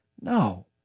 No